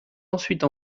ensuite